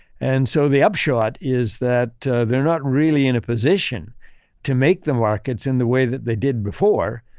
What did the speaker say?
and so, the upshot is that they're not really in a position to make the markets in the way that they did before.